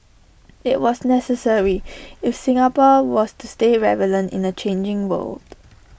IT was necessary if Singapore was to stay relevant in A changing world